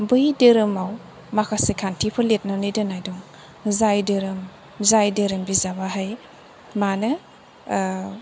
बै धोरोमाव माखासे खान्थिफोर लिरनानै दोननाय दं जाय धोरोम बिजाबाहाय मानो